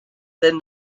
than